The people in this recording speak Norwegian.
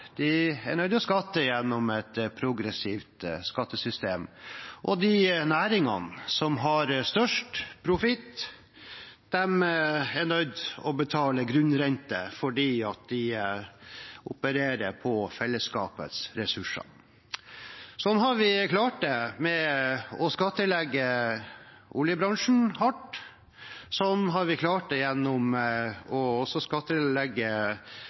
De som tjener mest, er nødt til å skatte gjennom et progressivt skattesystem, og de næringene som har størst profitt, er nødt til å betale grunnrente fordi de opererer på fellesskapets ressurser. Sånn har vi klart det ved å skattlegge oljebransjen hardt, og sånn har vi klart det gjennom å skattlegge